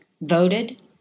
voted